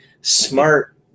smart